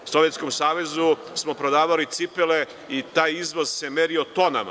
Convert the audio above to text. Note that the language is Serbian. Sovjetskom Savezu smo prodavali cipele i taj izvor se merio tonama.